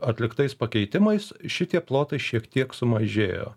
atliktais pakeitimais šitie plotai šiek tiek sumažėjo